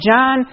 John